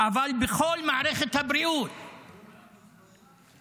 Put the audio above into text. אבל גם בכל מערכת הבריאות, לשבות,